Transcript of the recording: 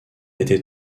été